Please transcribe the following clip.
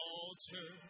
altar